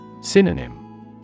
Synonym